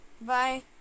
Bye